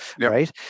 right